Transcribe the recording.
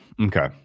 Okay